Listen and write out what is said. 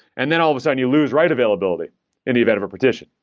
and then all of a sudden you lose write availability in the event of a partition.